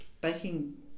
baking